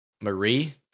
Marie